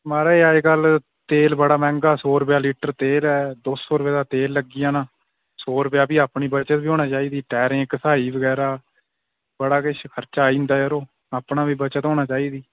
म्हाराज अज्जकल तेल बड़ा मैहंगा सौ रपेआ लीटर तेल ऐ दौ सौ रपेआ दा तेल लग्गी जाना सौ रपेआ भी अपनी बचत बी होनी चाहिदी घिसाई बगैरा बड़ा किश खर्चा आई जंदा यरो अपनी बी बचत होना चाहिदी